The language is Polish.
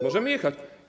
Możemy jechać.